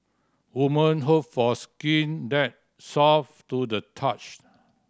women hope for skin that soft to the touch